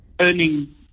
earning